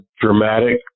dramatic